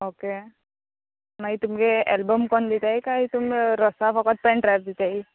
okay मागीर तुमगे album कोन्न दिताय कांय तुमी रोसा फोकत पेंनड्रायव दिताय